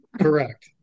Correct